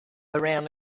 around